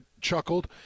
chuckled